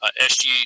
SG